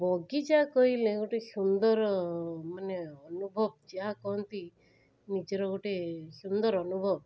ବଗିଚା କହିଲେ ଗୋଟେ ସୁନ୍ଦର ମାନେ ଅନୁଭବ ଯାହାକହନ୍ତି ନିଜର ଗୋଟେ ସୁନ୍ଦର ଅନୁଭବ